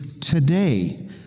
today